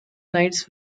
nights